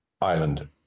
Island